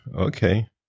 okay